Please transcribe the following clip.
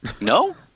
No